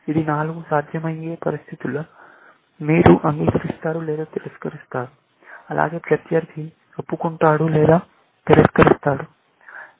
ఇవి నాలుగు సాధ్యమైన పరిస్థితులు మీరు అంగీకరిస్తున్నారు లేదా తిరస్కరిస్తారు అలాగే ప్రత్యర్థి ఒప్పుకుంటాడు లేదా తిరస్కరిస్తాడు